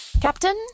Captain